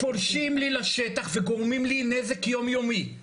פולשים לי לשטח וגורמים לי נזק יום-יומי.